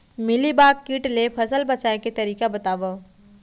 Mealybug किट ले फसल बचाए के तरीका बतावव?